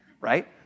right